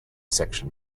section